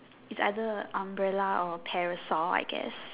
it's either umbrella or parasol I guess